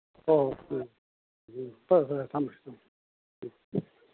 ꯍꯣꯏ ꯍꯣꯏ ꯎꯝ ꯎꯝ ꯍꯣꯏ ꯍꯣꯏ ꯊꯝꯃꯦ ꯊꯝꯃꯦ ꯎꯝ